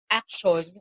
action